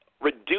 reduce